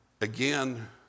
Again